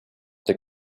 the